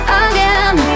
again